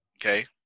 Okay